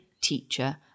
teacher